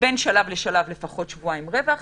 בין שלב לשלב לפחות שבועיים רווח,